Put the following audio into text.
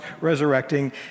resurrecting